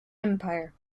empire